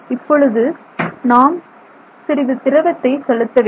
இப்பொழுது நாம் சிறிது திரவத்தை செலுத்த வேண்டும்